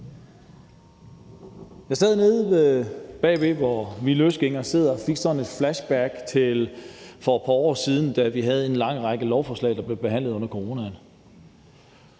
Jeg sad nede bagved, hvor vi løsgængere sidder, og fik sådan et flashback til dengang for et par år siden, da vi havde en lang række lovforslag, der blev behandlet under coronaen,